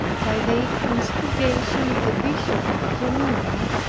by the instigation of the bishop of geneva,